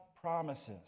promises